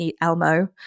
Elmo